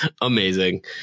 amazing